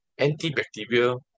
antibacterial